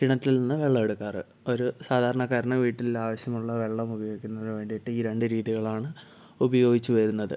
കിണറ്റിൽ നിന്ന് വെള്ളം എടുക്കാറ് ഒരു സാധാരണകാരന് വീട്ടിൽ ആവിശ്യമുള്ള വെള്ളം ഉപയോഗിക്കുന്നതിന് വേണ്ടിയിട്ട് ഈ രണ്ട് രീതികളാണ് ഉപയോഗിച്ച് വരുന്നത്